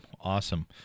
Awesome